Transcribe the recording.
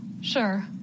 Sure